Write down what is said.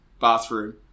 bathroom